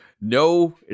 no